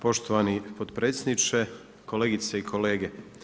Poštovani potpredsjedniče, kolegice i kolege.